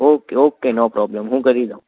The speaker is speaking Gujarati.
ઓકે ઓકે નો પ્રોબ્લેમ હું કરી દઉં